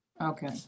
Okay